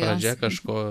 pradžia kažko